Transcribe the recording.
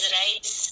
rights